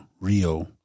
Rio